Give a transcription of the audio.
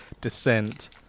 descent